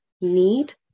need